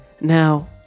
Now